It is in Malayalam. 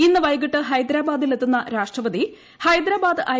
ഇന്ന് വൈകിട്ട് ഹൈദരാബാദിൽ എത്തുന്ന രാഷ്ട്രപതി ഹൈദരാബാദ് ഐ